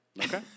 okay